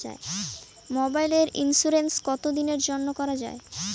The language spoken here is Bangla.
মোবাইলের ইন্সুরেন্স কতো দিনের জন্যে করা য়ায়?